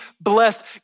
blessed